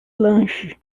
lanche